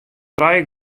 trije